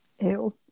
Ew